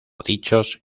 dichos